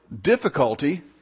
difficulty